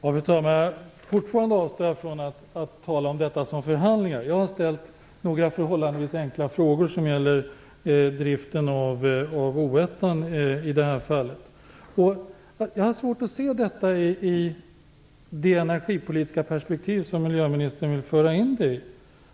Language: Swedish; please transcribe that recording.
Fru talman! Fortfarande avstår jag från att tala om detta som förhandlingar. Jag har ställt några förhållandevis enkla frågor, som i det här fallet gäller driften av Oskarshamn 1. Jag har svårt att se detta i det energipolitiska perspektiv som miljöministern vill föra in det i.